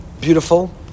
Beautiful